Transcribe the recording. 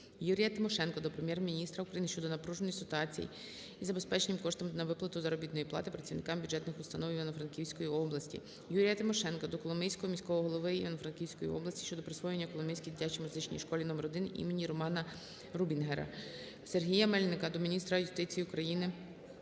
Юрія Тимошенка до Прем'єр-міністра України щодо напруженої ситуації із забезпеченістю коштами на виплату заробітної плати працівникам бюджетних установ Івано-Франківської області. Юрія Тимошенка до Коломийського міського голови Івано-Франківської області щодо присвоєння Коломийській дитячій музичній школі № 1 імені Романа Рубінгера. Сергія Мельника до міністра юстиції України